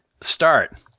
start